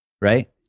right